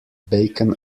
bacon